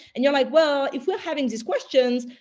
and you're like, well, if we're having these questions,